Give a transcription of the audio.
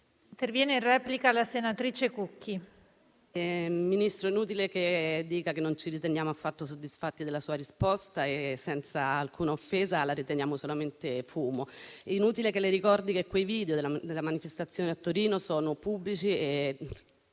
Signor Presidente, signor Ministro, è inutile che dica che non ci riteniamo affatto soddisfatti della sua risposta; senza alcuna offesa, la riteniamo solamente fumo. È inutile che le ricordi che i video della manifestazione Da Torino sono pubblici e